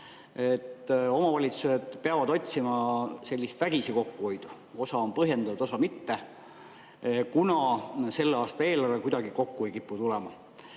et omavalitsused peavad otsima sellist vägisi kokkuhoidu – osa on põhjendatud, osa mitte –, kuna selle aasta eelarve kuidagi kokku ei kipu tulema. Tuletan